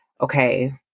okay